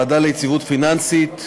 4) (הוועדה ליציבות פיננסית),